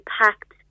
packed